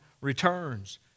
returns